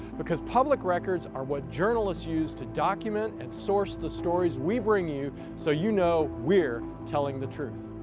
because public records are what journalist use to document and source the stories we bring you, so you know we are telling the truth.